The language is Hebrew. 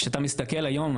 כשאתה מסתכל היום,